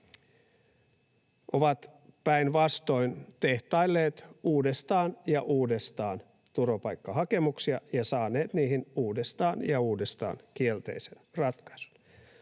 Ovat päinvastoin tehtailleet uudestaan ja uudestaan turvapaikkahakemuksia ja saaneet niihin uudestaan ja uudestaan kielteisen ratkaisun.